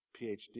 PhD